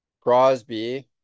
Crosby